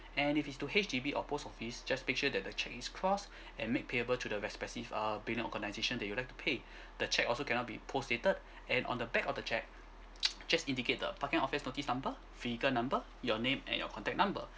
and if it's to H_D_B or post office just make sure that the cheque is crossed and made payable to the respective uh payment organisation that you like to pay the cheque also cannot be post dated and on the back of the cheque just indicate the parking offence notice number vehicle number your name and your contact number